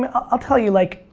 i'll tell you like,